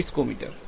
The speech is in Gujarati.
વિસ્કોમીટર